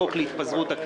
חוק להתפזרות הכנסת,